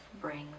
brings